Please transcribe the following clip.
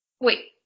wait